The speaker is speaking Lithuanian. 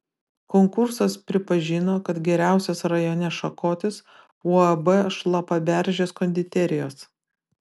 konkursas pripažino kad geriausias rajone šakotis uab šlapaberžės konditerijos